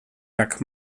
jak